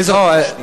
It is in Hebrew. איזו הצעה שנייה?